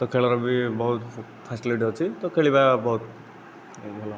ତ ଖେଳର ବି ବହୁତ ଫ୍ୟାସିଲିଟି ଅଛି ତ ଖେଳିବା ବହୁତ ଭଲ